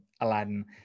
Aladdin